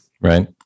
Right